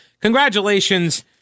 congratulations